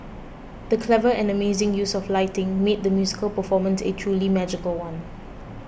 the clever and amazing use of lighting made the musical performance a truly magical one